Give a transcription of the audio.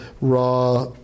raw